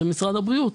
זה משרד הבריאות.